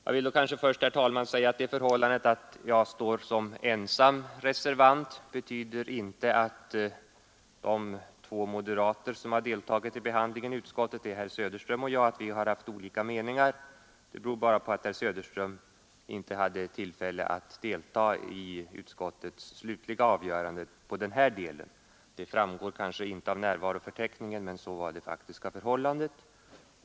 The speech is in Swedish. Jag vill då kanske först, herr talman, säga att det förhållandet att jag står som ensam reservant inte betyder att de två moderater som deltagit i behandlingen i utskottet — herr Söderström och jag — haft olika meningar. Det beror bara på att herr Söderström inte hade tillfälle att delta i utskottets slutliga avgörande på den här delen. Det framgår kanske inte av närvaroförteckningen, men så var det faktiska förhållandet.